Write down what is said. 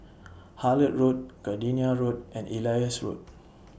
Hullet Road Gardenia Road and Elias Road